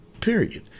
period